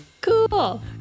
Cool